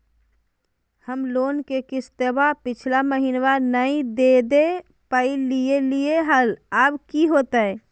हम लोन के किस्तवा पिछला महिनवा नई दे दे पई लिए लिए हल, अब की होतई?